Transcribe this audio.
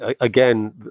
again